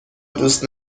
دوست